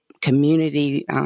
community